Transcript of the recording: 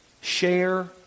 share